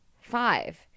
five